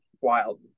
wild